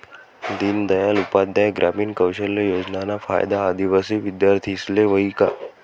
दीनदयाल उपाध्याय ग्रामीण कौशल योजनाना फायदा आदिवासी विद्यार्थीस्ले व्हयी का?